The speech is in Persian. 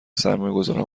سرمایهگذارها